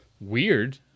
weird